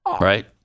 Right